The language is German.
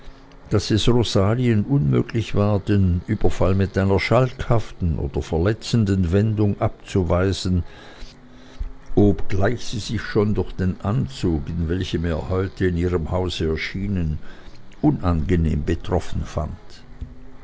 es rosalien unmöglich war den überfall mit einer schalkhaften oder verletzenden wendung abzuweisen obgleich sie sich schon durch den anzug in welchem er heute in ihrem hause erschienen unangenehm betroffen fand